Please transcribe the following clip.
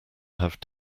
have